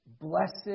blessed